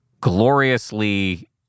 gloriously